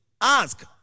Ask